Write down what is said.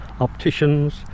opticians